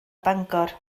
bangor